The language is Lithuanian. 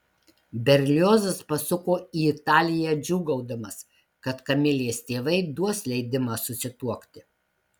berliozas pasuko į italiją džiūgaudamas kad kamilės tėvai duos leidimą susituokti